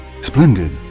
Splendid